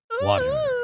Water